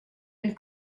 and